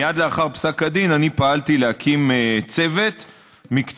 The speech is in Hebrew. מייד לאחר פסק הדין אני פעלתי להקים צוות מקצועי,